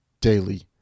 daily